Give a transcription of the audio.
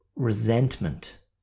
resentment